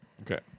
Okay